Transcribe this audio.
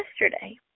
yesterday